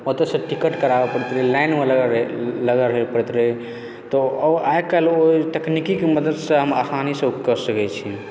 ओतयसँ टिकट कटाबऽ पड़ैत रहै लाइनमे लागल रहै पड़ैत रहै तऽ आइकाल्हि ओ तकनीकीके मदतिसँ हम आसानीसँ कऽ सकैत छी